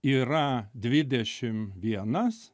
yra dvidešim vienas